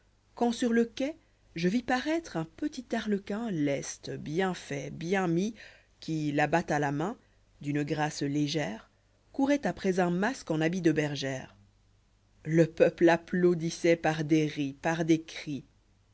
quand sûr le quai je vis paraître un petit arlequin leste bien fait bien mis qui la batte à la main d'une grâce légère courait après un masque en habit de bergère le peuple applaudissoit par des ris par des cris